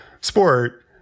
sport